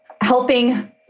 helping